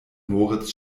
moritz